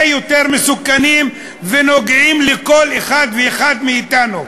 יותר מסוכנים ונוגעים לכל אחד ואחד מאתנו.